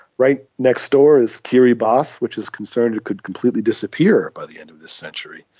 right next door is kiribati which is concerned it could completely disappear by the end of this century.